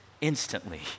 instantly